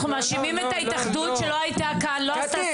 אנחנו מאשימים את ההתאחדות שלא עשתה סדר.